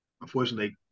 unfortunately